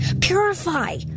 Purify